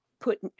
put